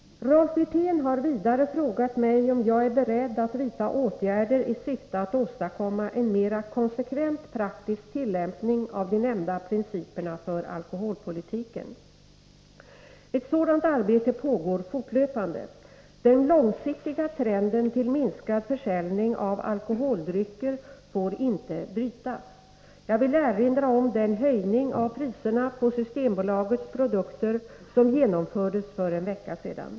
Rolf Wirtén har för det andra frågat mig om jag är beredd att vidta åtgärder i syfte att åstadkomma en mera konsekvent praktisk tillämpning av de nämnda principerna för alkoholpolitiken. Ett sådant arbete pågår fortlöpande. Den långsiktiga trenden till minskad försäljning av alkoholdrycker får inte brytas. Jag vill erinra om den höjning av priserna på Systembolagets produkter som genomfördes för en vecka sedan.